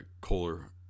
Kohler